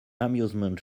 amusement